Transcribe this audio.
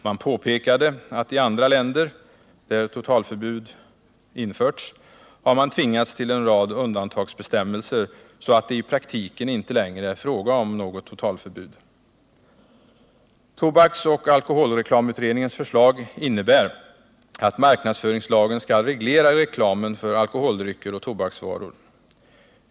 Man påpekade att i andra länder — där totalförbud införts — har man tvingats till en rad undantagsbestämmelser, så att det i praktiken inte längre är fråga om något totalförbud. Tobaksoch alkoholreklamutredningens förslag innebär att marknadsföringslagen skall reglera reklamen för alkoholdrycker och tobaksvaror.